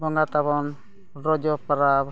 ᱵᱚᱸᱜᱟ ᱛᱟᱵᱚᱱ ᱨᱚᱡᱚ ᱯᱚᱨᱚᱵᱽ